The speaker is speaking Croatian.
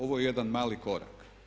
Ovo je jedan mali korak.